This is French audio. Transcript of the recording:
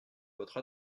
votre